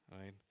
right